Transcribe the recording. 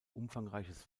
umfangreiches